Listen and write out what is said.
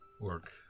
work